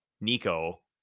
Nico